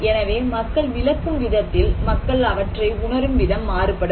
எனவே மக்கள் விளக்கும் விதத்தில் மக்கள் அவற்றை உணரும் விதம் மாறுபடும்